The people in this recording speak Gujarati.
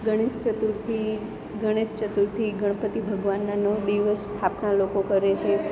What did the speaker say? ગણેશ ચતુર્થી ગણેશ ચતુર્થી ગણપતિ ભગવાનનાં નવ દિવસ સ્થાપના લોકો કરે છે